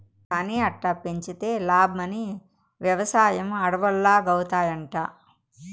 కానీ అట్టా పెంచితే లాబ్మని, వెవసాయం అడవుల్లాగౌతాయంట